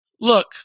look